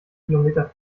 kilometer